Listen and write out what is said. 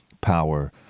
power